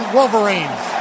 Wolverines